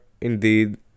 indeed